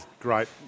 Great